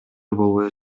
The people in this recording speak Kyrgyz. болбой